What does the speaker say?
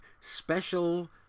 special